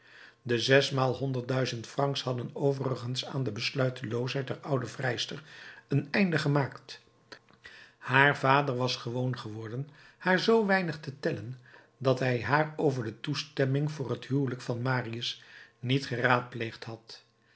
de zesmaal honderd duizend francs hadden overigens aan de besluiteloosheid der oude vrijster een einde gemaakt haar vader was gewoon geworden haar zoo weinig te tellen dat hij haar over de toestemming voor het huwelijk van marius niet geraadpleegd had